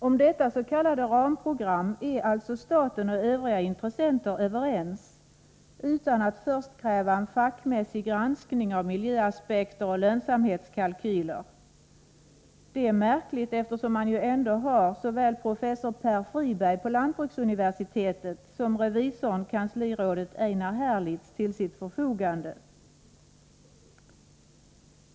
Om detta s.k. ramprogram är staten och övriga intressenter överens utan att först kräva en fackmässig granskning av miljöaspekter och lönsamhetskalkyler. Det är märkligt eftersom man ju ändå har såväl professor Per Friberg på lantbruksuniversitetet som revisor kanslirådet Einar Herlitz till sitt förfogande.